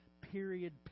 period